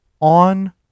on